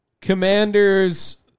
Commanders